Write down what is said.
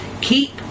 keep